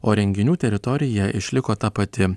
o renginių teritorija išliko ta pati